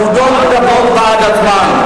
העובדות מדברות בעד עצמן.